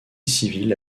civile